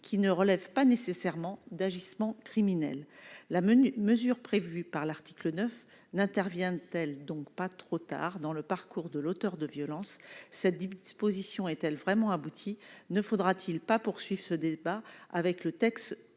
qui ne relèvent pas nécessairement d'agissements criminels la menue mesures prévues par l'article 9 n'intervient-t-elle donc pas trop tard dans le parcours de l'auteur de violences, cette disposition est-elle vraiment abouti, ne faudra-t-il pas poursuive ce débat avec le texte